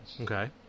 Okay